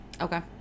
Okay